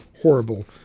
horrible